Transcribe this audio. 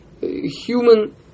Human